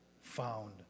found